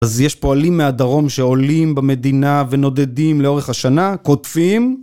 אז יש פועלים מהדרום שעולים במדינה ונודדים לאורך השנה? קוטפים?